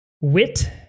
wit